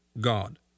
God